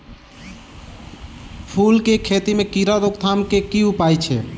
फूल केँ खेती मे कीड़ा रोकथाम केँ की उपाय छै?